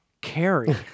Carrie